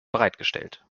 bereitgestellt